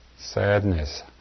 Sadness